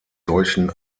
solchen